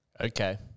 okay